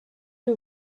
who